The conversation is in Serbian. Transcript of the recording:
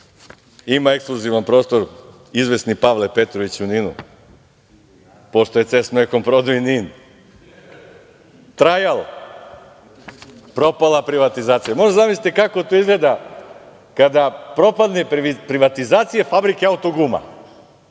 ima ekskluzivan prostor izvesni Pavle Petrović u NIN-u, pošto je "Ces Mekon" prodao i NIN.Dalje, "Trajal" - propala privatizacija. Možete da zamislite kako to izgleda kada propadne privatizacija fabrike auto-guma,